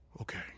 Okay